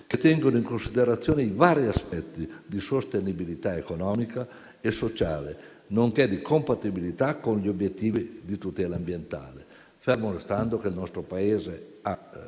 che tengano in considerazione i vari aspetti di sostenibilità economica e sociale, nonché di compatibilità con gli obiettivi di tutela ambientale, fermo restando che il nostro Paese ha